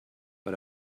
but